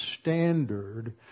standard